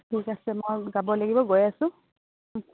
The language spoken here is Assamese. ঠিক আছে মই যাব লাগিব গৈ আছো